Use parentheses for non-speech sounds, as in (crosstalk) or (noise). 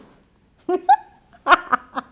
(laughs)